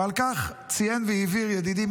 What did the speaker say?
ועל כך ציין והבהיר ידידי,